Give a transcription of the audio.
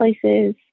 places